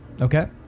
Okay